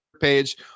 page